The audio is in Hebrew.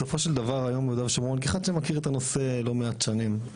בסופו של דבר היום ביהודה ושומרון כאחד שמכיר את הנושא לא מעט שנים,